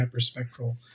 hyperspectral